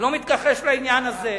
אני לא מתכחש לעניין הזה.